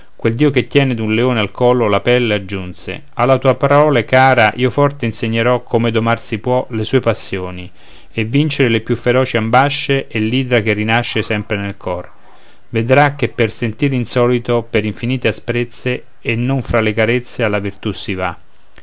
quel dio che tiene d'un leone al collo la pelle aggiunse alla tua prole cara io forte insegnerò come domar si può le sue passioni e vincere le più feroci ambasce e l'idra che rinasce sempre nel cor vedrà che per sentier insolito per infinite asprezze e non fra le carezze alla virtù si va